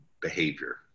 behavior